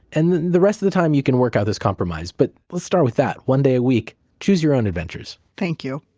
and then the rest of the time you can work out this compromise. but let's start with that. one day a week, choose your own adventures thank you.